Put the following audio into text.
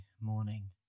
morning